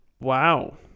Wow